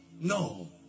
no